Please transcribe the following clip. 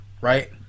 Right